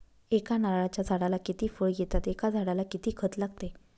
एका नारळाच्या झाडाला किती फळ येतात? एका झाडाला किती खत लागते?